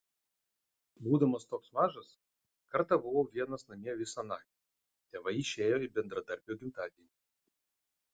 būdamas toks mažas kartą buvau vienas namie visą naktį tėvai išėjo į bendradarbio gimtadienį